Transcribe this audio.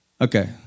Okay